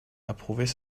approuvait